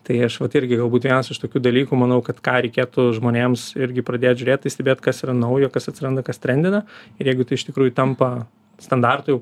tai aš vat irgi galbūt vienas iš tokių dalykų manau kad ką reikėtų žmonėms irgi pradėt žiūrėt tai stebėt kas yra naujo kas atsiranda kas trendina ir jeigu iš tikrųjų tampa standartu jau